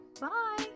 Bye